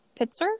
Pitzer